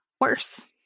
worse